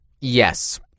Yes